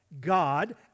God